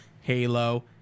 Halo